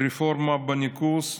רפורמה בניקוז,